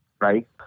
right